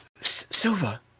Silva